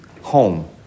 home